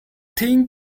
thing